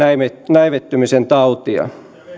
näivettymisen tautia